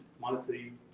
monetary